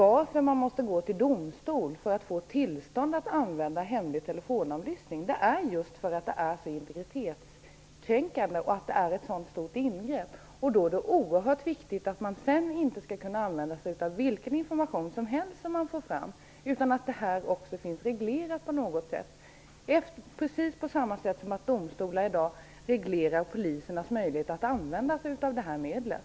Att man måste gå till domstol för att få tillstånd att använda hemlig telefonavlyssning är just därför att det är så integritetskränkande och ett sådant stort ingrepp. Därför är det oerhört viktigt att man inte skall kunna använda sig av vilken information som helst som man får fram, utan att det också finns reglerat på något sätt. Det är på precis samma sätt som att domstolar i dag reglerar polisernas möjlighet att använda sig av det här medlet.